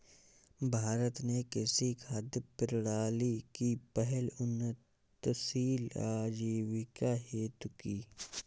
भारत ने कृषि खाद्य प्रणाली की पहल उन्नतशील आजीविका हेतु की